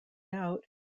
out